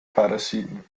parasiten